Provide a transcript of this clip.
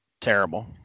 terrible